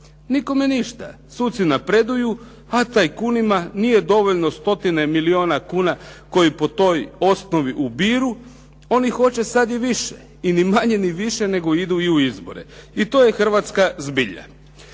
nikome ništa. Suci napreduju a tajkunima nije dovoljno stotine milijuna kuna koji po toj osnovi ubiru. Oni hoće sada i više i ni manje ni više nego idu i u izbore. I to je hrvatska zbilja.